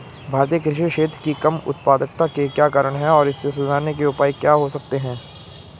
भारतीय कृषि क्षेत्र की कम उत्पादकता के क्या कारण हैं और इसे सुधारने के उपाय क्या हो सकते हैं?